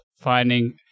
finding